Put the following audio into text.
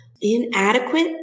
inadequate